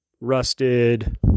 rusted